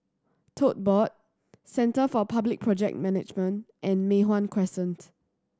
Tote Board Centre for Public Project Management and Mei Hwan Crescent